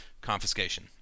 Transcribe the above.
confiscation